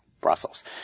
Brussels